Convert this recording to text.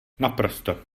naprosto